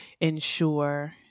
ensure